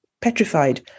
petrified